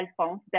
Alphonse